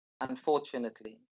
unfortunately